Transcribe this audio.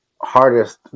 hardest